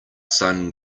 sun